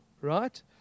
Right